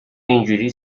اینجوری